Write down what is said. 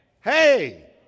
Hey